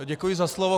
Děkuji za slovo.